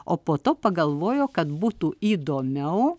o po to pagalvojo kad būtų įdomiau